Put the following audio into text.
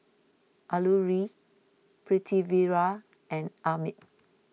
Alluri Pritiviraj and Amit